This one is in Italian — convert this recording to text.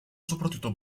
soprattutto